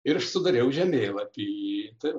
ir sudariau žemėlapį